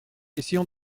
essayons